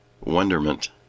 wonderment